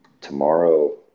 tomorrow